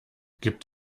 gibt